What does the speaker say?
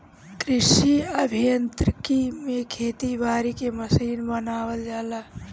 कृषि अभियांत्रिकी में खेती बारी के मशीन बनावल जाला